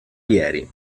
ieri